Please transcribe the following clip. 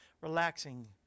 relaxing